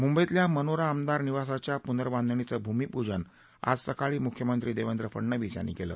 मुंबईतल्या मनोरा आमदार निवासाच्या पूनर्बाधणीचं भूमीपूजन आज सकाळी मुख्यमंत्री देवेंद्र फडनवीस यांनी केलं